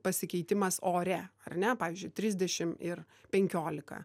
pasikeitimas ore ar ne pavyzdžiui trisdešim ir penkiolika